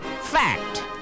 Fact